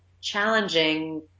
challenging